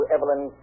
Evelyn